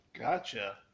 Gotcha